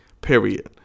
Period